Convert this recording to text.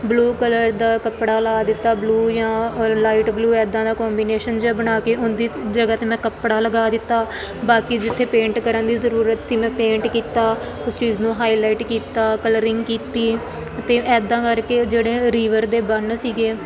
blue colour ਦਾ ਕੱਪੜਾ ਲਾ ਦਿੱਤਾ ਬਲੂ ਜਾਂ ਲਾਈਟ ਬਲੂ ਇੱਦਾਂ ਦਾ ਕੋਂਬੀਨੇਸ਼ਨ ਜਿਹਾ ਬਣਾ ਕੇ ਉਹਦੀ ਜਗ੍ਹਾ 'ਤੇ ਮੈਂ ਕੱਪੜਾ ਲਗਾ ਦਿੱਤਾ ਬਾਕੀ ਜਿੱਥੇ ਪੇਂਟ ਕਰਨ ਦੀ ਜ਼ਰੂਰਤ ਸੀ ਮੈਂ ਪੇਂਟ ਕੀਤਾ ਉਸ ਚੀਜ਼ ਨੂੰ ਹਾਈਲਾਈਟ ਕੀਤਾ ਕਲਰਿੰਗ ਕੀਤੀ ਅਤੇ ਇੱਦਾਂ ਕਰਕੇ ਜਿਹੜੇ ਰਿਵਰ ਦੇ ਬੰਨ ਸੀਗੇ